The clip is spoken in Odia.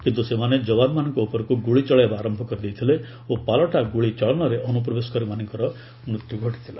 କିନ୍ତୁ ସେମାନେ ଯବାନମାନଙ୍କ ଉପରକୁ ଗୁଳି ଚଳାଇବା ଆରମ୍ଭ କରିଦେଇଥିଲେ ଓ ପାଲଟା ଗୁଳି ଚାଳନାରେ ଅନ୍ତ୍ରପ୍ରବେଶକାରୀମାନଙ୍କର ମୃତ୍ୟୁ ଘଟିଥିଲା